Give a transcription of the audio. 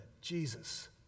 Jesus